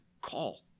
call